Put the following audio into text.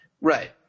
Right